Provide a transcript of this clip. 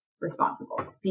responsible